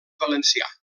valencià